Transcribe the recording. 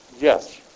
yes